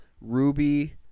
Ruby